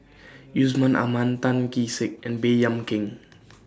Yusman Aman Tan Kee Sek and Baey Yam Keng